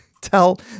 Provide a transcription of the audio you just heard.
tell